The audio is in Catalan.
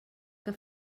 que